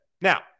Now